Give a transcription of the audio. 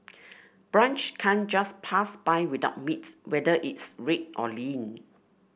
brunch can't just pass by without meat whether it's red or lean